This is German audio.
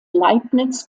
leibniz